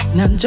Now